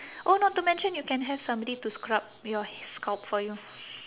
oh not to mention you can have somebody to scrub your scalp for you